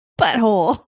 butthole